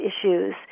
issues